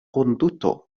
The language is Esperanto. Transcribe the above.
konduto